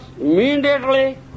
immediately